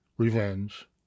revenge